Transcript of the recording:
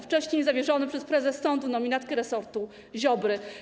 Wcześniej zawieszony przez prezes sądu, nominatkę resortu Ziobry.